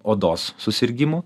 odos susirgimų